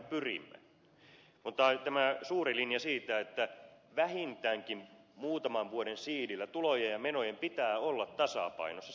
mutta on tämä suuri linja siitä että vähintäänkin muutaman vuoden sihdillä tulojen ja menojen pitää olla tasapainossa